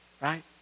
right